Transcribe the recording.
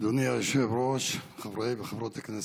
אדוני היושב-ראש, חברי וחברות הכנסת,